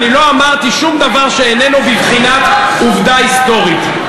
אני לא אמרתי שום דבר שאיננו בבחינת עובדה היסטורית.